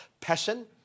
Passion